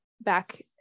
back